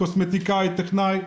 קוסמטיקאית וטכנאי,